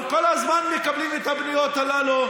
אנחנו כל הזמן מקבלים את הפניות הללו,